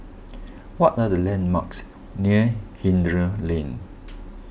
what are the landmarks near Hindhede Lane